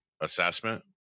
assessment